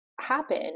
happen